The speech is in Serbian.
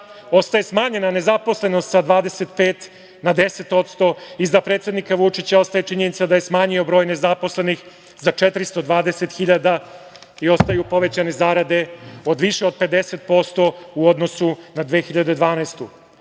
ostaje smanjena nezaposlenost sa 25% na 10%. Iza predsednika Vučića ostaje činjenica da je smanjio broj nezaposlenih za 420.000 i ostaju povećane zarade od više od 50% u odnosu na 2012.